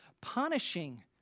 punishing